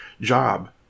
job